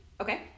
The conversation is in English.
okay